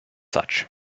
such